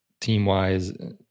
team-wise